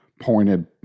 pointed